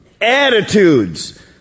attitudes